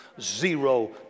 Zero